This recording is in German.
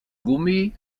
gummi